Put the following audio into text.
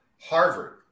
Harvard